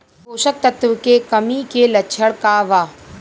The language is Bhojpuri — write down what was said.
पोषक तत्व के कमी के लक्षण का वा?